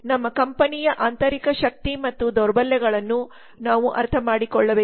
ನಮ್ಮ ಕಂಪನಿಯ ಆಂತರಿಕ ಶಕ್ತಿ ಮತ್ತು ದೌರ್ಬಲ್ಯಗಳನ್ನು ನಾವು ಅರ್ಥಮಾಡಿಕೊಳ್ಳಬೇಕು